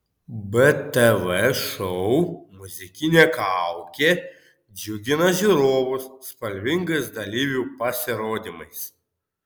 btv šou muzikinė kaukė džiugina žiūrovus spalvingais dalyvių pasirodymais